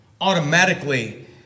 Automatically